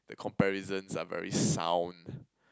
the comparisons are very sound